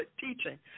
teaching